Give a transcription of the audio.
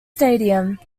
stadium